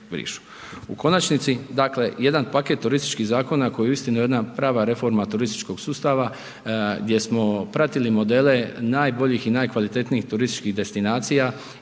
U konačnici dakle jedan paket turističkih zakona koji je uistinu jedna prava reforma turističkog sustava gdje smo pratili modele najboljih i najkvalitetnijih turističkih destinacija.